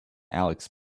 alex